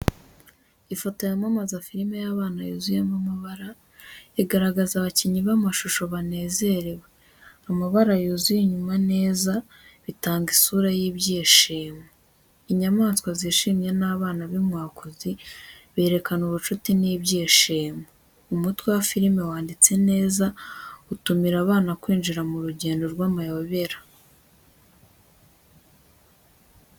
Ifoto y’amamaza filime y’abana yuzuyemo amabara, igaragaza abakinnyi b'amashusho banezerewe, amabara yuzuye inyuma neza, bitanga isura y’ibyishimo. Inyamaswa zishimye n’abana b’inkwakuzi, berekana ubucuti n’ibyishimo. Umutwe wa filime wanditse neza, utumira abana kwinjira mu rugendo rw’amayobera.